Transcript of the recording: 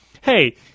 hey